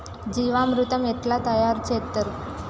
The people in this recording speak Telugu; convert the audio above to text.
జీవామృతం ఎట్లా తయారు చేత్తరు?